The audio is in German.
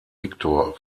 viktor